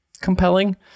compelling